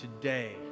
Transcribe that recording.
today